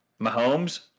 Mahomes